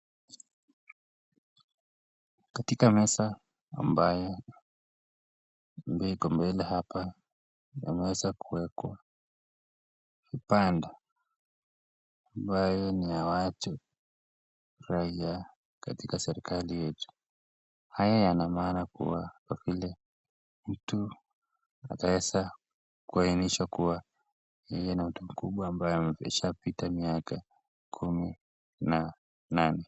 Katika meza ambaye iko mbele hapa umeweza kuwekwa kibanda ambayo ni ya watu raia katika serikali yetu. Haya yana maana kuwa kwa vile mtu ataeza kuainishwa kuwa yeye ni mtu mkubwa ambaye ashapita miaka kumi na nane.